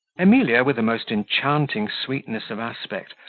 emilia, with a most enchanting sweetness of aspect,